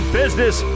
business